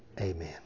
Amen